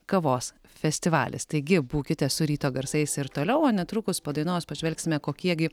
kavos festivalis taigi būkite su ryto garsais ir toliau o netrukus po dainos pažvelgsime kokie gi